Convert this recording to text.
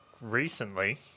recently